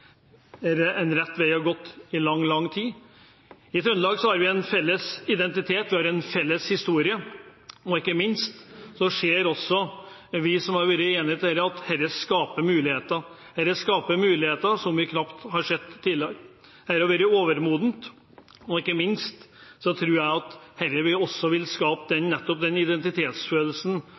at dette har vært rett vei å gå. I Trøndelag har vi en felles identitet, vi har en felles historie, og ikke minst ser vi som har vært enige om dette, at dette skaper muligheter. Dette skaper muligheter som vi knapt har sett tidligere. Dette har vært overmodent, og ikke minst tror jeg at det også vil skape nettopp den identitetsfølelsen